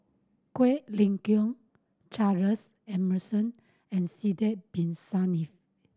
Quek Ling Kiong Charles Emmerson and Sidek Bin Saniff